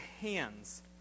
hands